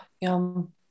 yum